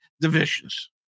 divisions